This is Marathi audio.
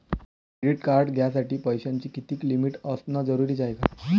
क्रेडिट कार्ड घ्यासाठी पैशाची कितीक लिमिट असनं जरुरीच हाय?